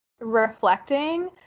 reflecting